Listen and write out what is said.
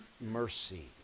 mercy